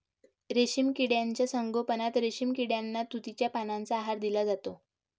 रेशीम किड्यांच्या संगोपनात रेशीम किड्यांना तुतीच्या पानांचा आहार दिला जातो